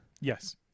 Yes